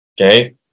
okay